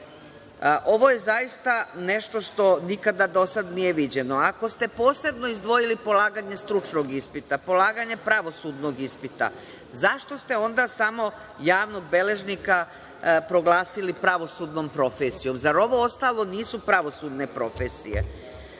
Ovo je zaista nešto što nikada do sad nije viđeno. Ako ste posebno izdvojili polaganje stručnog ispita, polaganje pravosudnog ispita, zašto ste onda samo javnog beležnika proglasili pravosudnom profesijom? Zar ovo ostalo nisu pravosudne profesije? Pitanje